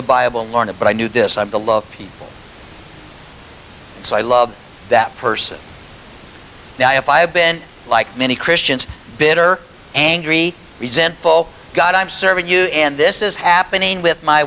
the bible learned but i knew this i'm the love people so i love that person if i have been like many christians bitter angry resentful god i'm serving you and this is happening with my